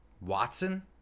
Watson